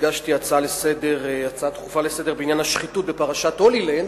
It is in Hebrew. הגשתי הצעה דחופה לסדר-היום בעניין השחיתות בפרשת "הולילנד",